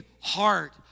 heart